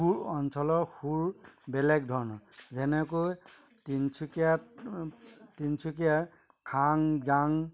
সুৰ অঞ্চলৰ সুৰ বেলেগ ধৰণৰ যেনেকৈ তিনচুকীয়াত তিনচুকীয়াত খাং জাং